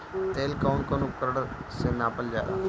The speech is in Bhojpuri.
तेल कउन कउन उपकरण से नापल जाला?